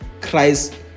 christ